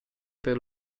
per